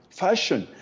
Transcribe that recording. fashion